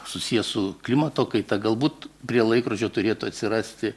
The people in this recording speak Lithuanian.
susiję su klimato kaita galbūt prie laikrodžio turėtų atsirasti